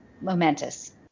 momentous